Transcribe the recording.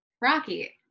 Rocky